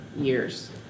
years